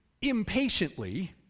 impatiently